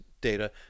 data